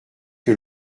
que